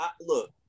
look